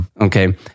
Okay